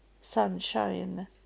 sunshine